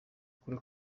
ukora